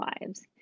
lives